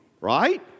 right